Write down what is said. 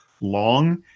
long